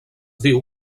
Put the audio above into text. diu